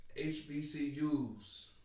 HBCUs